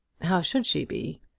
how should she be?